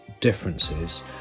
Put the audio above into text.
differences